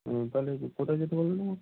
ও তাহলে কোথায় যেতে হবে আমায়